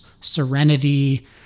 serenity